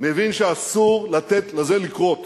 מבין שאסור לתת לזה לקרות